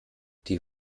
die